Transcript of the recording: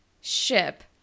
Ship